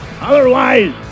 Otherwise